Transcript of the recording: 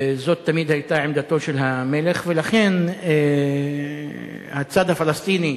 זאת תמיד היתה עמדתו של המלך, ולכן הצד הפלסטיני,